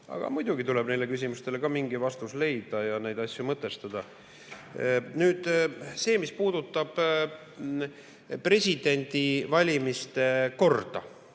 Aga muidugi tuleb neile küsimustele ka mingisugune vastus leida ja neid asju mõtestada. Nüüd, mis puudutab presidendivalimiste korda,